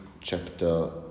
chapter